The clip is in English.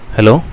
Hello